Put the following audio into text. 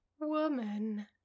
Woman